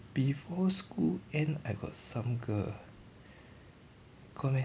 before school end I got some girl ah got meh